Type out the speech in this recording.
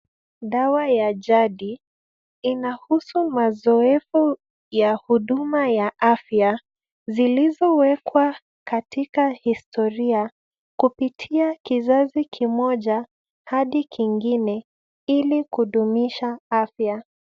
Dawa ya jadi inahusu mazoefu ya huduma ya afya zilizowekwa katika historia kupitia kizazi kimoja hadi kingine ili kudumisha afya.